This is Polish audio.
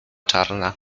czarna